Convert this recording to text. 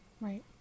Right